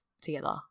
together